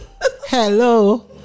hello